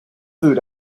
food